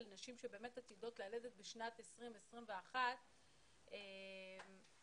נשים שבאמת עתידות ללדת בשנת 20/21. מאיר,